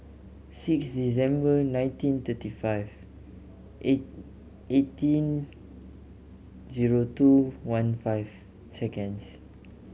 six December nineteen thirty five eighteen zero two one five seconds